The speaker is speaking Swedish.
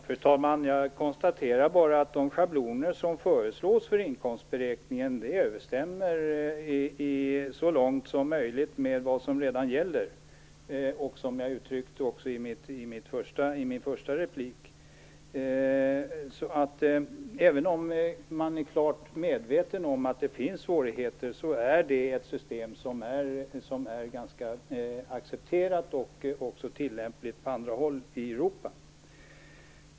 Fru talman! Jag konstaterar bara att de schabloner som föreslås för inkomstberäkningen överensstämmer så långt som möjligt med vad som redan gäller. Det framhöll jag redan i min första replik. Även om man är klart medveten om att det finns svårigheter, är detta ett system som är ganska accepterat och även tillämpat på andra håll i Europa.